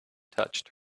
touched